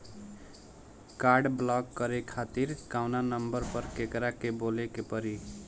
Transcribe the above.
Card block करे खातिर कवना नंबर पर केकरा के बोले के परी?